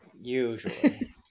Usually